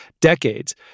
decades